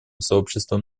сообществом